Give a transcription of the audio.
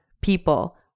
people